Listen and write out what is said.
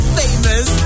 famous